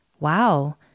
Wow